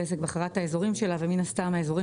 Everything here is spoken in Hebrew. בזק בחרה את האזורים שלה ומן הסתם האזורים